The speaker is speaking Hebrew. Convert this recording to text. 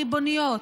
ריבוניות,